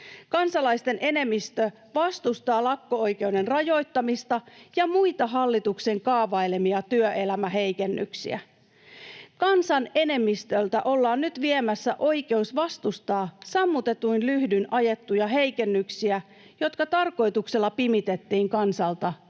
Kansalaisten enemmistö vastustaa lakko-oikeuden rajoittamista ja muita hallituksen kaavailemia työelämäheikennyksiä. Kansan enemmistöltä ollaan nyt viemässä oikeus vastustaa sammutetuin lyhdyin ajettuja heikennyksiä, jotka tarkoituksella pimitettiin kansalta